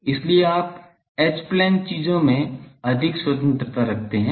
इसलिए आप H plane चीजों में अधिक स्वतंत्रता रखते हैं